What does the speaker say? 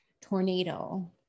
tornado